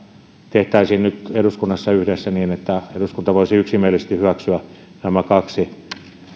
tehtäisiin nyt eduskunnassa yhdessä niin että eduskunta voisi yksimielisesti hyväksyä nämä kaksi